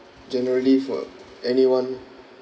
generally for anyone